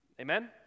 Amen